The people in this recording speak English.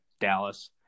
Dallas